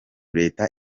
leta